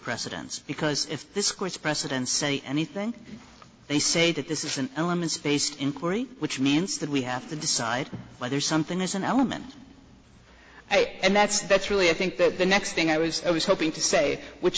precedents because if this court's precedents say anything they say that this is an element based inquiry which means that we have to decide whether something is an element i and that's that's really i think that the next thing i was hoping to say which